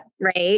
Right